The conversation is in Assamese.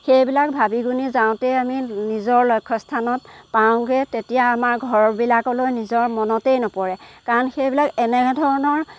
সেইবিলাক ভাবি গুণি যাওঁতে আমি নিজৰ লক্ষ্যস্থানত পাওঁগৈ তেতিয়া আমাৰ ঘৰবিলাকলৈ নিজৰ মনতেই নপৰে কাৰণ সেইবিলাক এনেধৰণৰ